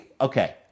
okay